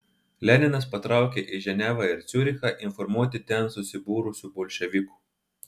leninas patraukė į ženevą ir ciurichą informuoti ten susibūrusių bolševikų